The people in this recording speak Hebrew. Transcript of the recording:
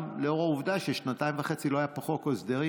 גם לאור העובדה ששנתיים וחצי לא היה פה חוק הסדרים,